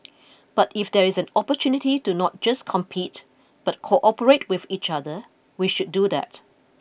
but if there is an opportunity to not just compete but cooperate with each other we should do that